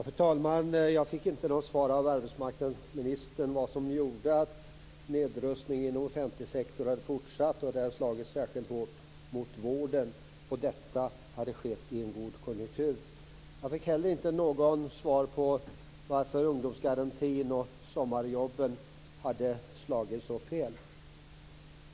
Fru talman! Jag fick inget svar av arbetsmarknadsministern vad som gjorde att nedrustningen av offentlig sektor har fortsatt och slagit särskilt hårt mot vården och detta i en god konjunktur. Jag fick heller inte något svar på varför ungdomsgarantin och sommarjobben hade slagit så fel.